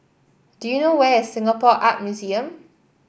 do you know where is Singapore Art Museum